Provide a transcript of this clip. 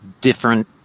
different